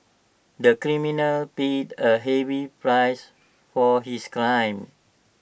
the criminal paid A heavy price for his crime